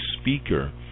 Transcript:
speaker